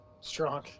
Strong